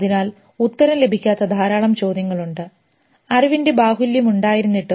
അതിനാൽ ഉത്തരം ലഭിക്കാത്ത ധാരാളം ചോദ്യങ്ങളുണ്ട് അറിവിന്റെ ബാഹുല്യം ഉണ്ടായിരുന്നിട്ടും